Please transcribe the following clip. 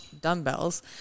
dumbbells